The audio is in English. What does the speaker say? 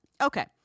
Okay